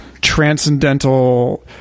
transcendental